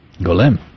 Golem